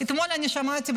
אתמול שמעתי,